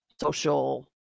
social